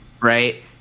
Right